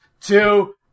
two